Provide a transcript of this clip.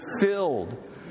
filled